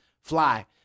Fly